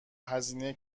هزینه